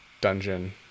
dungeon